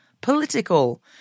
political